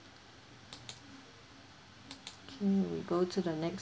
K we go to the next